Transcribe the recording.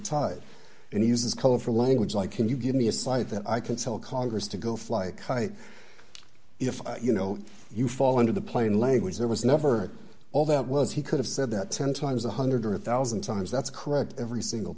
tied and uses colorful language like can you give me a cite that i can tell congress to go fly a kite if you know you fall into the plain language there was never all that was he could have said that ten times a one hundred or a one thousand times that's correct every single